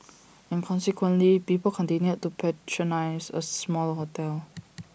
and consequently people continued to patronise A smaller hotel